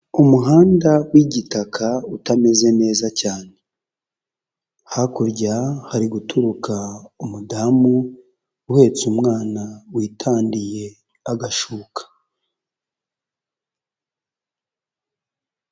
Umuhanda w'igitaka utameze neza cyane, hakurya hari guturuka umudamu uhetse umwana witandiye agashuka.